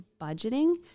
budgeting